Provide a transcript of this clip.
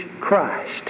Christ